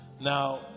Now